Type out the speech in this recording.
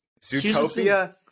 Zootopia